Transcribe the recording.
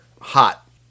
hot